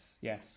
yes